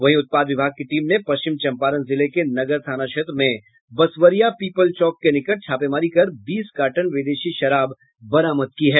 वहीं उत्पाद विभाग की टीम ने पश्चिम चंपारण जिले के नगर थाना क्षेत्र में बसवरिया पीपल चौक के निकट छापेमारी कर बीस कार्टन विदेशी शराब बरामद किया है